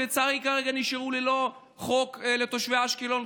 שלצערי כרגע נשארו ללא חוק לתושבי אשקלון,